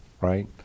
Right